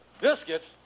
Biscuits